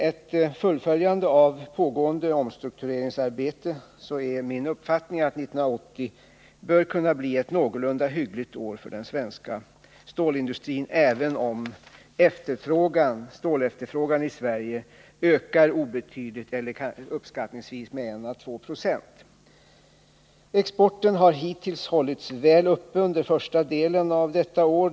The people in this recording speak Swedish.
Ett fullföljande av pågående omstruktureringsarbete bör emellertid kunna innebära att 1980 blir ett någorlunda hyggligt år för den svenska stålindustrin, även om stålefterfrågan i Sverige väntas öka obetydligt, uppskattningsvis med 1 å 2 9o. Exporten har hittills hållits väl uppe under första delen av detta år.